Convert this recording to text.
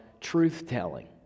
truth-telling